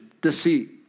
deceit